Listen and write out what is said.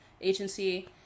agency